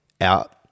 out